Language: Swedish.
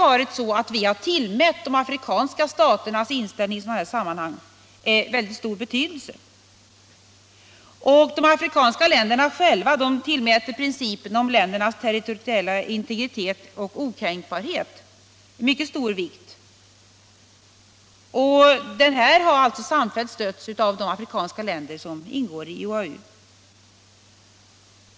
Vi har alltid tillmätt de afrikanska staternas inställning i liknande sammanhang stor betydelse. De afrikanska länderna själva tillmäter principen om ländernas territoriella integritet och gränsernas okränkbarhet mycket stor vikt. Den principen har alltså fått samfällt stöd av de afrikanska länder som ingår i OAU.